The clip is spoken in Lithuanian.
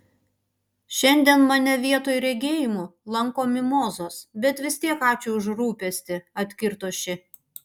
šiandien mane vietoj regėjimų lanko mimozos bet vis tiek ačiū už rūpestį atkirto ši